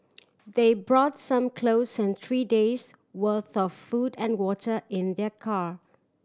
they brought some clothes and three days' worth of food and water in their car